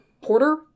Porter